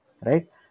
right